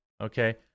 okay